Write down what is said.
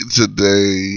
today